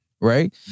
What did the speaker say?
Right